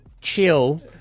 chill